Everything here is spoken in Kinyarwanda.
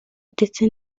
ndetse